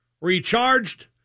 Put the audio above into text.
recharged